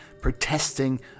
protesting